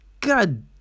God